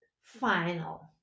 final